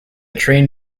train